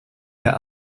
der